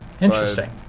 Interesting